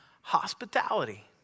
hospitality